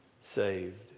saved